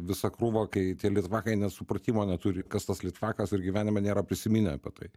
visa krūva kai tie litvakai net supratimo neturi kas tas litvakas ir gyvenime nėra prisiminę apie tai